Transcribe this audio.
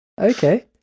Okay